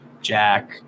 Jack